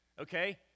Okay